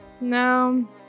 No